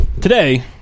today